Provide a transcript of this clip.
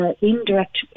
indirect